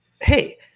Hey